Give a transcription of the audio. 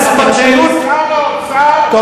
שר האוצר ירק בפרצופו של בג"ץ.